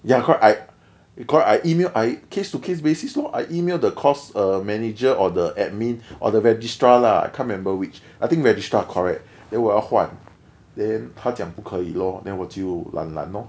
ya correct I because I emailed I case to case basis lor I emailed the course uh manager or the admin or the registrar lah can't remember which I think registrar correct then 我要换 then 他讲不可以 lor then 我就 lan lan lor